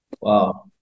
Wow